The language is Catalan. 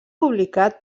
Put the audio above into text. publicat